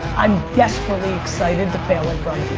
i'm desperately excited to fail in front